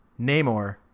Namor